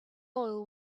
oil